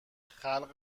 خلق